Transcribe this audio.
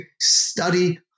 study